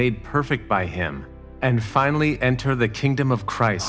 made perfect by him and finally enter the kingdom of christ